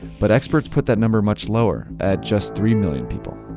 but experts put that number much lower, at just three million people.